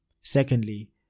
Secondly